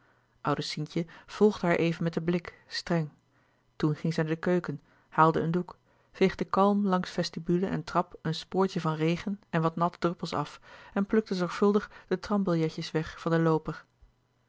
oude sientje volgde haar even met den blik streng toen ging zij naar de keuken haalde een doek veegde kalm langs vestibule en trap een spoortje van regen en wat natte druppels af en plukte zorgvuldig de trambilletjes weg van den looper